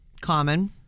Common